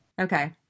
Okay